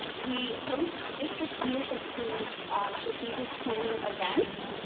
we host district leadership team strategic planning events.